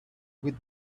with